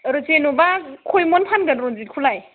जेनेबा खयमन फानगोन रन्जितखौलाय